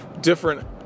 different